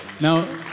now